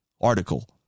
article